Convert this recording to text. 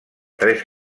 tres